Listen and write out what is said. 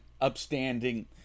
upstanding